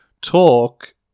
talk